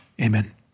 Amen